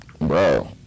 bro